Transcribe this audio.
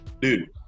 dude